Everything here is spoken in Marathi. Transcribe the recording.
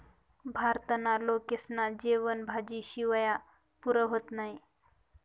भारतना लोकेस्ना जेवन भाजी शिवाय पुरं व्हतं नही